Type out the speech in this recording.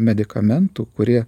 medikamentų kurie